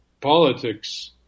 politics